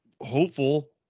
hopeful